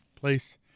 place